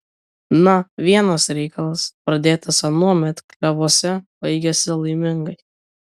na vienas reikalas pradėtas anuomet klevuose baigiasi laimingai